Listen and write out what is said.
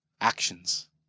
actions